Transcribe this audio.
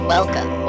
Welcome